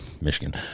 Michigan